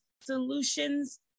solutions